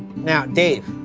now dave.